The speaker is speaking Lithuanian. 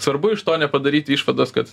svarbu iš to nepadaryti išvados kad